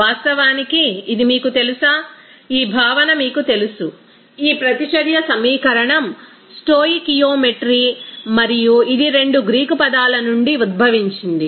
వాస్తవానికి ఇది మీకు తెలుసా ఈ భావన మీకు తెలుసు ఆ ప్రతిచర్య సమీకరణం స్టోయికియోమెట్రీ మరియు ఇది రెండు గ్రీకు పదాల నుండి ఉద్భవించింది